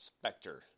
Spectre